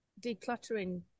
decluttering